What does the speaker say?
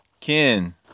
Ken